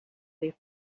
they